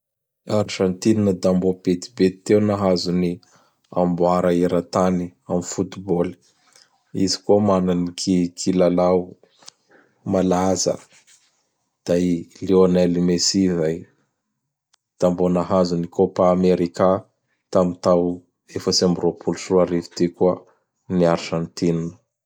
I Argentine da mbô betibety teo nahazo ny amboara eran-tany am Foot-Ball. Izy koa mana ny ki-kilalao malaza da i Leonel Messi zay da mbô nahazo ny Côpa Amerika tam tao efatsy amb roapolo sy roarivo ty koa ny Argentine.